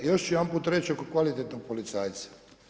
Još ću jedanput reći oko kvalitetnog policajca.